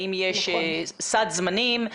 האם יש סד זמנים,